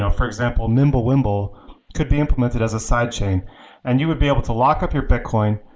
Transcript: ah for example, mimblewimble could be implemented as a side chain and you would be able to lock up your bitcoin,